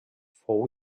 fou